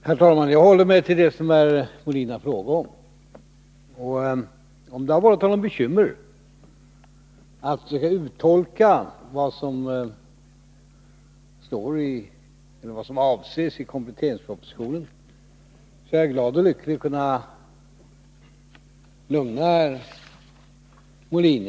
Herr talman! Jag håller mig till det som herr Molin har frågat om. Om det har vållat honom bekymmer att söka uttolka vad som anges i kompletteringspropositionen är jag glad och lycklig att kunna lugna herr Molin.